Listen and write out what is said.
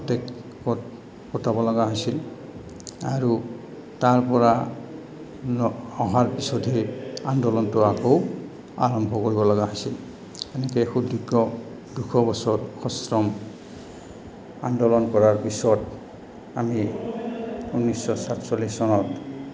ফাটেকত কটাব লগা হৈছিল আৰু তাৰ পৰা অহাৰ পিছতহে আন্দোলনটো আকৌ আৰম্ভ কৰিবলগা হৈছিল এনেকে সুদীৰ্ঘ দুশ বছৰ সশ্ৰম আন্দোলন কৰাৰ পিছত আমি ঊনৈছশ সাতচল্লিছ চনত